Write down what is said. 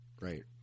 Right